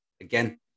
again